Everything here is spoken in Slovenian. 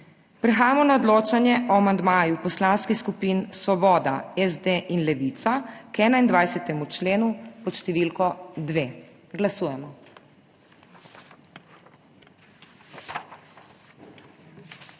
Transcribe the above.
Prehajamo na odločanje o amandmaju Poslanskih skupin Svoboda, SD in Levica k 26. členu pod številko 2. Glasujemo.